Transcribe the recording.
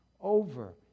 over